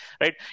right